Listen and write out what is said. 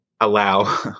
allow